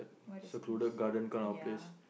what is this ya